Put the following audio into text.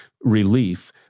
relief